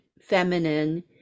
feminine